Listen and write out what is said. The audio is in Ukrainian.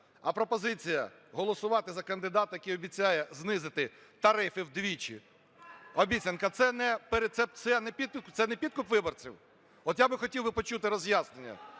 а пропозиція голосувати за кандидата, який обіцяє знизити тарифи вдвічі – обіцянка – це не підкуп виборців? От я би хотів почути роз'яснення